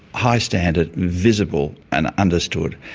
high standard, visible and understood.